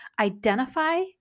identify